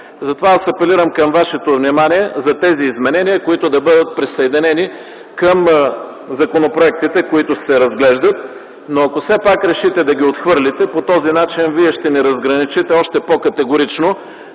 Затова апелирам към вашето внимание за тези изменения, които да бъдат присъединени към законопроектите, които се разглеждат. Но ако все пак решите да ги отхвърлите, по този начин вие ще ни разграничите още по-категорично